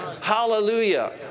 Hallelujah